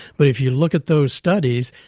but if you look at those studies,